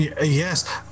Yes